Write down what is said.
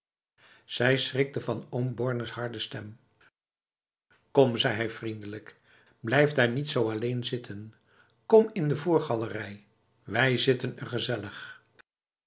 zij schrikte van oom bornes harde stem kom zei hij vriendelijk blijf daar niet zo alleen zitten kom in de voorgalerij wij zitten er gezellig